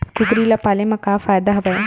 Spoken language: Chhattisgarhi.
कुकरी ल पाले म का फ़ायदा हवय?